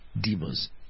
demons